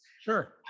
sure